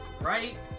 Right